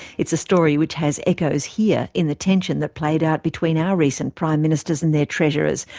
it's a story which has echoes here in the tension that played out between our recent prime ministers and their treasurers,